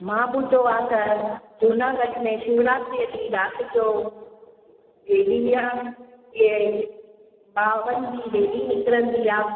मां ॿुधो आहे त जूनागढ़ में शिवरात्रीअ ॾींहुं रात जो वेॾी आहे कि पावन में वेॾी निकरंदी आहे